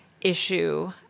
issue